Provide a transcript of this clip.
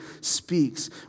speaks